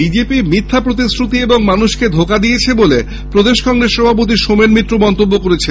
BJP মিখ্যা প্রতিশ্রুতি এবং মানুষকে ধোকা দিয়েছে বলে প্রদেশ কংগ্রেস সভাপতি সোমেন মিত্র মন্তব্য করেছেন